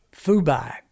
Fubai